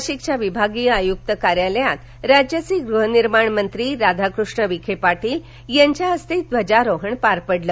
नाशिकच्या विभागीय आयुक्त कार्यालयात राज्याचे गृहनिर्माण मंत्री राधाकृष्ण विखे पार्शिल यांच्या हस्ते ध्वजारोहण पार पडलं